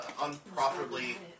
unprofitably